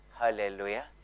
Hallelujah